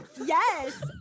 Yes